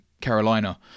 Carolina